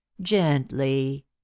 Gently